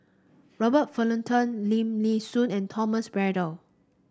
Robert Fullerton Lim Nee Soon and Thomas Braddell